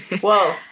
Whoa